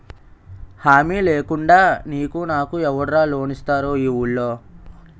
హామీ లేకుండా నీకు నాకు ఎవడురా లోన్ ఇస్తారు ఈ వూళ్ళో?